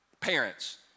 Parents